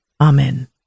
Amen